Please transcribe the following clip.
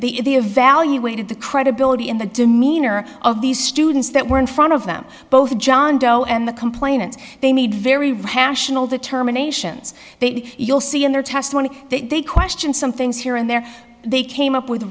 the the evaluated the credibility in the demeanor of these students that were in front of them both john doe and the complainant they made very rational determinations you'll see in their testimony that they question some things here and there they came up with